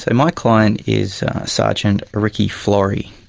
so my client is sergeant ricky flori,